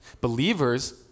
Believers